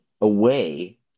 away